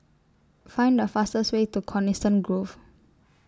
Find The fastest Way to Coniston Grove